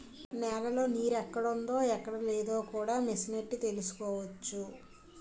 నేలలో నీరెక్కడుందో ఎక్కడలేదో కూడా మిసనెట్టి తెలుసుకోవచ్చు